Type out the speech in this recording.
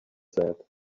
said